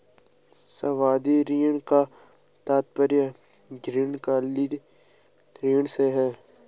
सावधि ऋण का तात्पर्य दीर्घकालिक ऋण से है